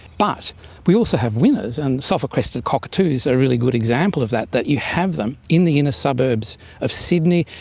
but we also have winners, and sulphur crested cockatoos are a really good example of that, that you have them in the inner suburbs of sydney.